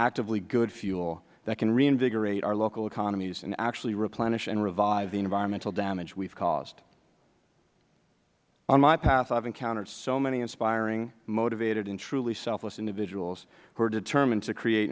actively good fuel that can reinvigorate our local economies and actually replenish and revive the environmental damage that we have caused on my path i have encountered so many inspiring motivated and truly selfless individuals who are determined to create